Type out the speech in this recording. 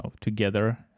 together